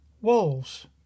wolves